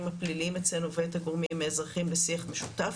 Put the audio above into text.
הפליליים אצלנו ואת הגורמים האזרחיים בשיח משותף,